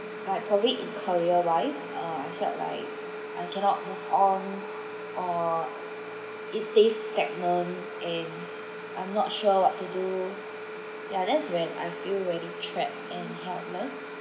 like probably in career wise uh felt like I cannot move on or it stays stagnant and I'm not sure what to do ya that's when I feel really trapped and helpless